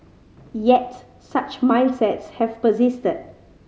yet such mindsets have persisted